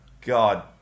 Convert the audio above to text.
God